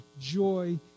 joy